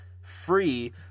free